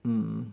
mm